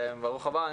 ברוך הבא.